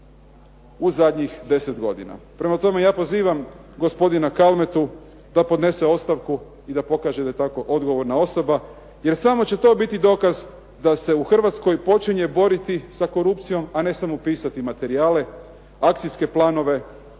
u zadnjih 10 godina. Prema tome, ja pozivam gospodina Kalmetu da podnese ostavku i da pokaže da je tako odgovorna osoba, jer samo će biti to dokaz da se u Hrvatskoj počinje boriti sa korupcijom, a ne samo pisati materijale, akcijske planove,